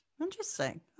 Interesting